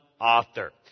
author